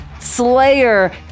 slayer